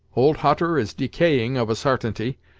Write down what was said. old hutter is decaying, of a sartainty,